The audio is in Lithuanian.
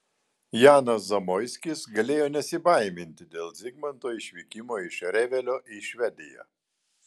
janas zamoiskis galėjo nesibaiminti dėl zigmanto išvykimo iš revelio į švediją